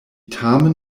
tamen